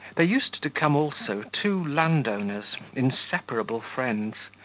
there used to come also two landowners, inseparable friends,